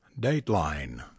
Dateline